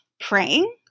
praying